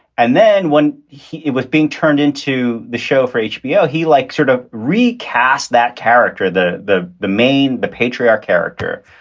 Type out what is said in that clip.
and then when he was being turned into the show for hbo, he like sort of recast that character, the the the main the patriarch character,